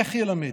איך ילמד,